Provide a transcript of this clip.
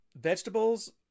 Vegetables